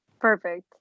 Perfect